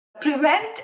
prevent